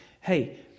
hey